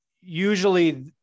usually